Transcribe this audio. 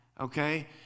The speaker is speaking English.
okay